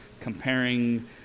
comparing